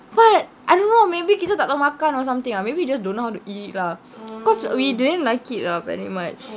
but I don't know maybe kita tak tahu makan or something lah maybe we just don't know how to eat lah cause we didn't like it ah very much